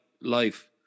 life